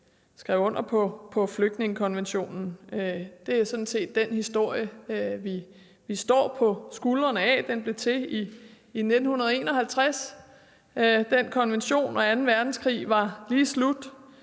skrev under på flygtningekonventionen. Det er sådan set den historie, vi står på skuldrene af. Konventionen blev til i 1951. Anden verdenskrig var lige slut,